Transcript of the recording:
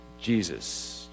Jesus